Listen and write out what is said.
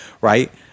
right